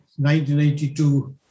1982